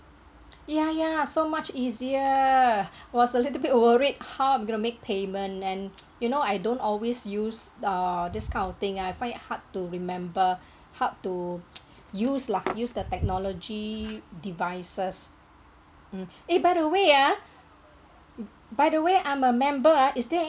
ya ya so much easier was a little bit worried how I'm going to make payment and you know I don't always use uh this kind of thing I find it hard to remember hard to use lah use the technology devices mm eh by the way ah by the way I'm a member ah is there